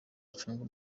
acunga